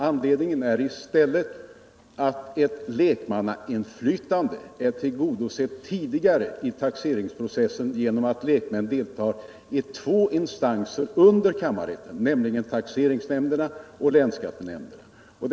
Anledningen är i stället att ett lekmannainflytande är tillgodosett tidigare i taxeringsprocessen genom att lek män deltar i två instanser under kammarrätten, nämligen taxeringsnämnderna och länsskattenämnderna.